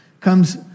comes